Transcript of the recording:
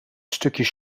stukjes